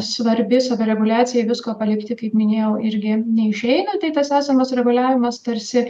svarbi savireguliacijai visko palikti kaip minėjau irgi neišeina tai tas esamas reguliavimas tarsi